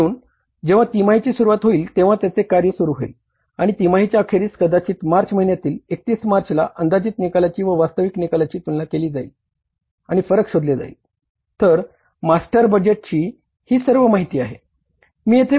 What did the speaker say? म्हणून जेंव्हा तिमाहीची सुरुवात होईल तेंव्हा त्याचे कार्य सुरु होईल आणि तिमाहीच्या अखेरीस कदाचित मार्च महिन्यातील 31 मार्चला अंदाजित निकालाची व वास्तविक निकालाची तुलना केली जाईल आणि फरक शोधले जाईल